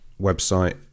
website